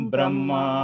Brahma